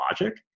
logic